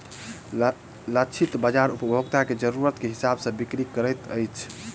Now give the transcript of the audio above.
लक्षित बाजार उपभोक्ता के जरुरत के हिसाब सॅ बिक्री करैत अछि